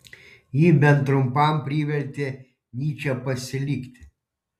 ji bent trumpam privertė nyčę pasilikti